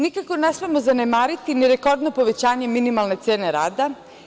Nikako ne smemo zanemariti ni rekordno povećanje minimalne cene rada.